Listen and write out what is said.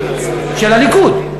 של הליכוד.